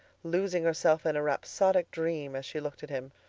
losing herself in a rhapsodic dream as she looked at him.